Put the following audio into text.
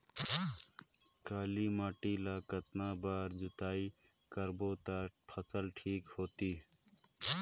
काली माटी ला कतना बार जुताई करबो ता फसल ठीक होती?